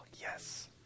yes